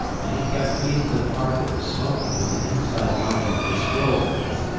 then he kept feeding the part that was smoking with the inside lining of the squirrel's nest,